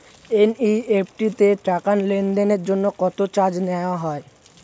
NEFT তে টাকা লেনদেনের জন্য কত চার্জ নেয়া হয়?